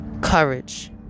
courage